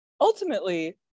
ultimately